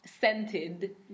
scented